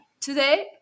Today